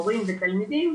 מורים ותלמידים,